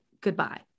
Goodbye